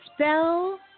Spell